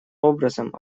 образом